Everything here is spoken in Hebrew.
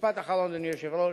ומשפט אחרון, אדוני היושב-ראש.